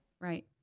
Right